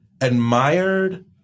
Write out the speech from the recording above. admired